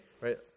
right